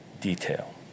detail